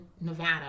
Nevada